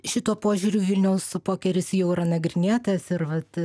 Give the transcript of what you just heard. šituo požiūriu vilniaus pokeris jau yra nagrinėtas ir vat